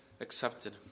accepted